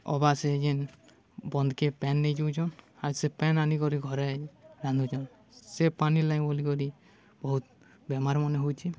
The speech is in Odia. ଅବା ସେ ଯେନ୍ ବନ୍ଧ୍କେ ପାଏନ୍ ନେଇଯାଉଛନ୍ ଆର୍ ସେ ପାଏନ୍ ଆନିକରି ଘରେ ରାନ୍ଧୁଚନ୍ ସେ ପାନି ଲାଗି ବୋଲିକରି ବହୁତ୍ ବେମାର୍ ମନେ ହଉଚେ